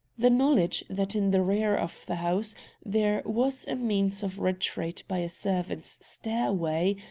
the knowledge that in the rear of the house there was a means of retreat by a servants' stairway,